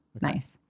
Nice